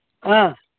ꯑꯥ